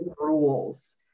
rules